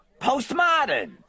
postmodern